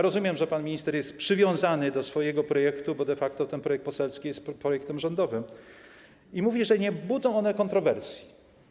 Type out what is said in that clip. Rozumiem, że pan minister jest przywiązany do swojego projektu, bo de facto ten projekt poselski jest projektem rządowym, i mówi, że te projekty nie budzą kontrowersji.